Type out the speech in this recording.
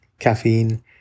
caffeine